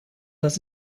das